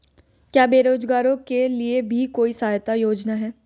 क्या बेरोजगारों के लिए भी कोई सहायता योजना है?